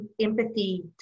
empathy